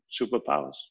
superpowers